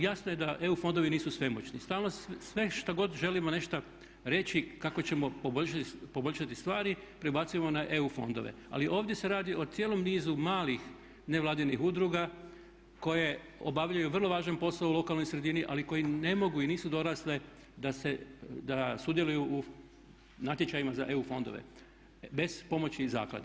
Jasno je da EU fondovi nisu svemoćni, sve što god želimo nešto reći kako ćemo poboljšati stvari prebacujemo na EU fondove, ali ovdje se radi o cijelom nizu malih nevladinih udruga koje obavljaju vrlo važan posao u lokalnoj sredini ali koji ne mogu i nisu dorasle da sudjeluju u natječajima za EU fondove bez pomoći zaklade.